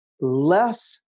less